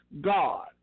God